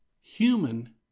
human